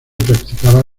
practicaba